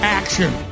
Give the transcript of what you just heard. action